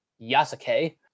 Yasuke